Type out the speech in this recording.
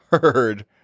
heard